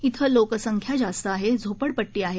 इथे लोकसंख्या जास्त आहे झोपडपट्टी आहे